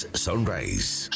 Sunrise